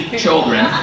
children